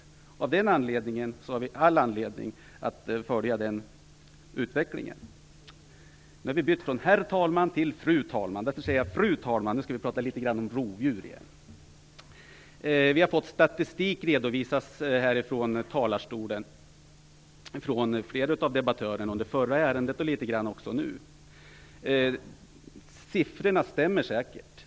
Av den orsaken har vi all anledning att följa utvecklingen. Fru talman! Nu skall jag tala litet grand om rovdjur igen. Vi har fått statistik redovisad här från talarstolen av flera av debattörerna under förra ärendet och också litet grand nu. Siffrorna stämmer säkert.